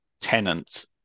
tenants